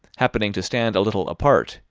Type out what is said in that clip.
happening to stand a little apart,